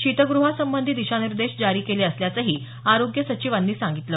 शीतग्रहासंबंधी दिशानिर्देश जारी केले असल्याचंही आरोग्य सचिवांनी सांगितलं